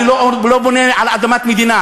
אני לא בונה על אדמת מדינה.